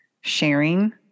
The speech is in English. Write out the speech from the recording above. sharing